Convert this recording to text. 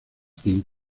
king